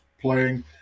playing